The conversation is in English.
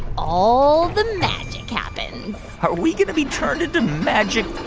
all the magic happens are we going to be turned into magic